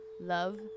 love